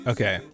Okay